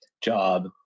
job